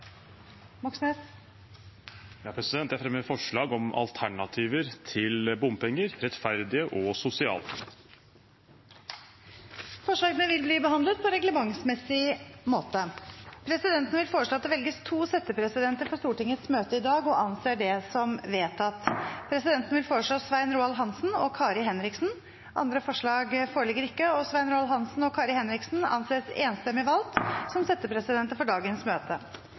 Moxnes vil fremsette et representantforslag. Jeg vil fremme et forslag om rettferdige og sosiale alternativer til bompenger. Forslagene vil bli behandlet på reglementsmessig måte. Presidenten vil foreslå at det velges to settepresidenter for Stortingets møte i dag – og anser det som vedtatt. Presidenten vil foreslå Svein Roald Hansen og Kari Henriksen. – Andre forslag foreligger ikke, og Svein Roald Hansen og Kari Henriksen anses enstemmig valgt som settepresidenter for dagens møte.